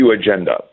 agenda